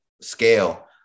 scale